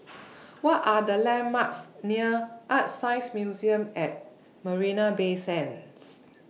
What Are The landmarks near ArtScience Museum At Marina Bay Sands